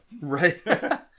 right